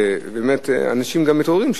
ובאמת אנשים גם מתעוררים,